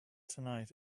tonight